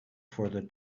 for